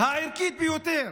הערכית ביותר,